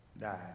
Died